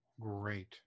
Great